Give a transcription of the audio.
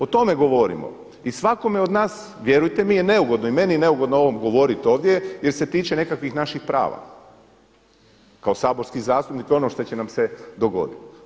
O tome govorimo i svakome od nas vjerujte mi je neugodno i meni je neugodno o ovom govoriti ovdje jer se tiče nekakvih naših prava kao saborski zastupnik i ono što će nam se dogoditi.